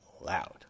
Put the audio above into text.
loud